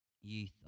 youth